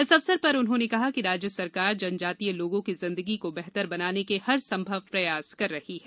इस अवसर पर उन्होंने कहा कि राज्य सरकार जनजातीय लोगों की जिंदगी को बेहतर बनाने के हर संभव प्रयास कर रही है